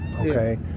Okay